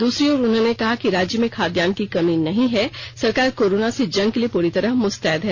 दूसरी ओर उन्होंने कहा कि राज्य में खाद्यान्न की कमी नहीं है सरकार कोरोना से जंग के लिए पूरी तरह मुस्तैद है